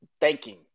thanking